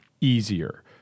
easier